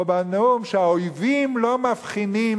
פה בנאום, שהאויבים לא מבחינים